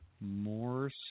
Morse